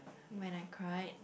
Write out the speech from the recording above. when I cry